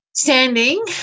Standing